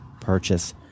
purchase